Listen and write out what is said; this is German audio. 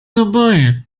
dabei